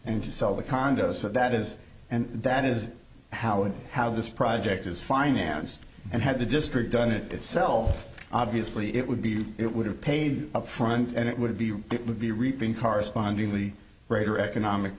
and to sell the condos that that is and that is how and how this project is financed and had the district done it itself obviously it would be it would have paid upfront and it would be it would be reaping correspondingly greater economic